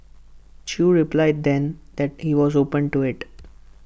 chew replied then that he was open to IT